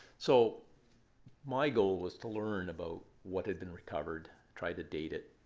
so my goal was to learn about what had been recovered, try to date it,